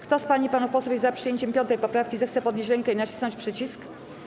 Kto z pań i panów posłów jest za przyjęciem 5. poprawki, zechce podnieść rękę i nacisnąć przycisk.